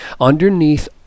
Underneath